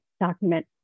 document